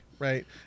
Right